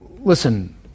listen